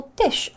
dish